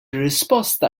risposta